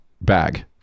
bag